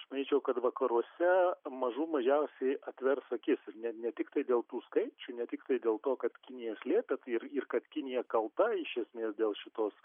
aš manyčiau kad vakaruose mažų mažiausiai atvers akis ne ne tiktai dėl tų skaičių ne tiktai dėl to kad kinija slėpė tai ir ir kad kinija kalta iš esmės dėl šitos